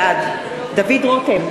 בעד דוד רותם,